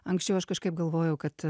anksčiau aš kažkaip galvojau kad